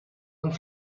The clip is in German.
und